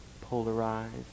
polarized